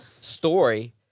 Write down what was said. story